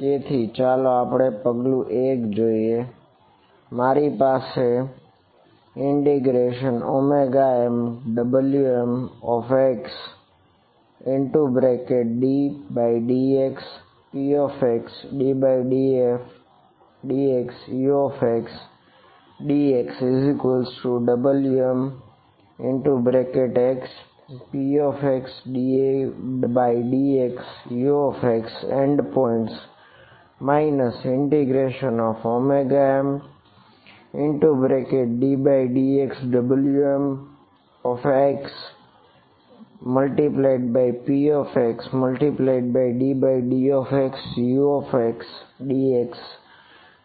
તેથી ચાલો પગલું 1 જોઈએ બરાબર મારી પાસે mWmxddxpxddxUxdxWmxpxddxUxendpoints mddxWmxpxddxUxdx